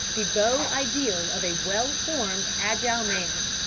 the beau-ideal of a well-formed, agile man.